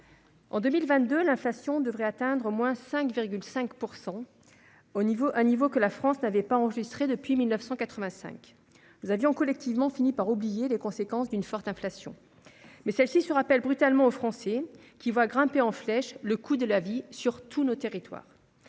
le taux d'inflation devrait atteindre au moins 5,5 %, un niveau que la France n'avait pas enregistré depuis 1985. Nous avions collectivement fini par oublier les conséquences d'une forte inflation. Mais elles se rappellent brutalement aux Français, qui voient grimper en flèche le coût de la vie dans tous les territoires.